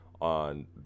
on